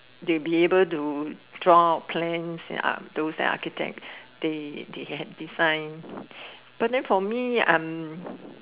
they be able to draw out plans to send architect they they can design but than for me I am